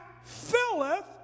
filleth